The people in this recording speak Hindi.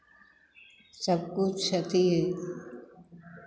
सब कुछ अथी